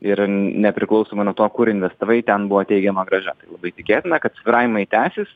ir nepriklausomai nuo to kur investavai ten buvo teigiama grąža labai tikėtina kad svyravimai tęsis